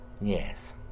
Yes